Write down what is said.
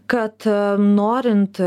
kad norint